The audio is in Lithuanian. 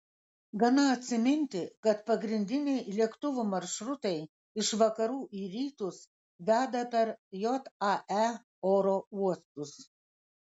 gana atsiminti kad pagrindiniai lėktuvų maršrutai iš vakarų į rytus veda per jae oro uostus